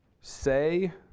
say